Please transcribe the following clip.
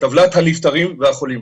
טבלת הנפטרים והחולים.